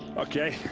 okay.